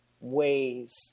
ways